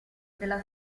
della